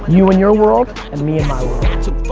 you and your world and me and